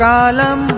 Kalam